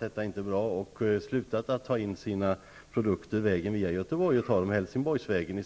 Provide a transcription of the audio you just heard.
Detta företag har slutat att ta in sina produkter via Göteborg, och man tar i stället in dem via Helsingborg.